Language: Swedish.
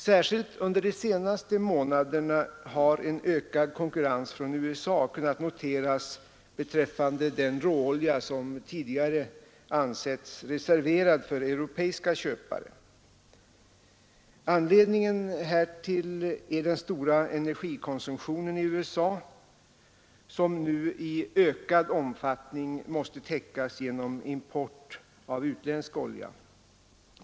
Särskilt under de senaste månaderna har en ökad konkurrens från USA kunnat noteras beträffande den råolja som tidigare ansetts reserverad för europeiska köpare. Anledningen härtill är den stora energikonsumtionen i USA, som nu i ökad omfattning måste täckas genom import av utländsk olja.